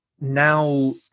now